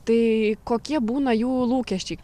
tai kokie būna jų lūkesčiai